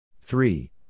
three